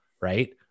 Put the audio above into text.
right